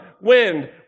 wind